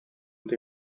the